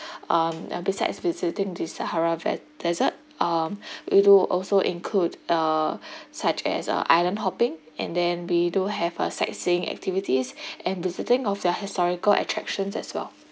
um uh besides visiting the sahara desert um it will also include uh such as uh island hopping and then we do have a sightseeing activities and visiting of their historical attractions as well